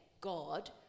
god